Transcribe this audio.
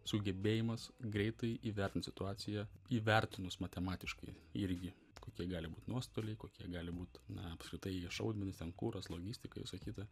sugebėjimas greitai įvertint situaciją įvertinus matematiškai irgi kokie gali būt nuostoliai kokie gali būt na apskritai šaudmenys ten kuras logistika visa kita